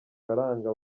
baranga